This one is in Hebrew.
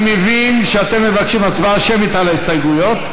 אני מבין שאתם מבקשים הצבעה שמית על ההסתייגויות,